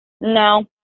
No